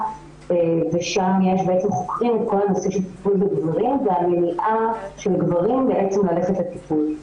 שם חוקרים את כל הנושא של טיפול בגברים והמניעה של גברים ללכת לטיפול.